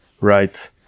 Right